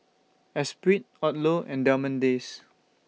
Esprit Odlo and Diamond Days